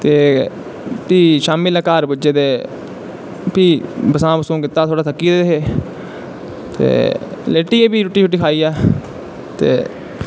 ते फ्ही शाम्मी लै घर पुज्जे ते ते फ्ही बसांऽ बसूंऽ कीता थोह्ड़े थक्की गेदे हे ते लोटी गे फ्ही रुट्टी शुट्टी खाइयै ते